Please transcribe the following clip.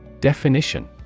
Definition